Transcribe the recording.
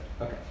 Okay